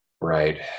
right